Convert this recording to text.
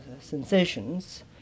sensations